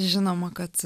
žinoma kad